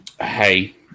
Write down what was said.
hey